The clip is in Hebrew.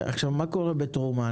מה קורה בתרומה?